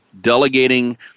delegating